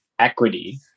equity